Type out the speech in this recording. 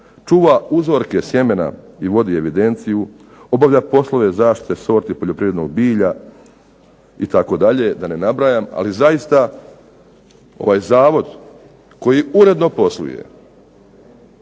čuva uzorke sjemena i vodi evidenciju, obavlja poslove zaštite sorti poljoprivrednog bilja, itd., da ne nabrajam, ali zaista ovaj zavod koji uredno posluje,